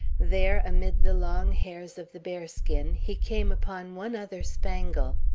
there, amid the long hairs of the bearskin, he came upon one other spangle,